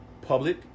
public